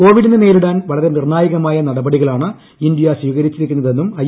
കോവിഡിനെ നേരിടാൻ വളരെ നിർണ്ണായകമായ നടപടികളാണ് ഇന്ത്യ സ്വീകരിച്ചിരിക്കുന്നതെന്നും ഐ